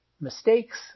mistakes